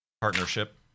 partnership